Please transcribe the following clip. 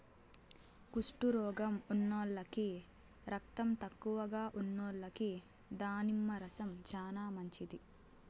కుష్టు రోగం ఉన్నోల్లకి, రకతం తక్కువగా ఉన్నోల్లకి దానిమ్మ రసం చానా మంచిది